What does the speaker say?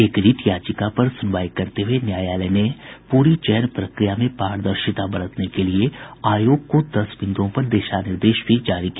एक रिट याचिका पर सुनवाई करते हुये न्यायालय ने पूरी चयन प्रक्रिया में पारदर्शिता बरतने के लिए आयोग को दस बिन्दुओं पर दिशा निर्देश भी जारी किया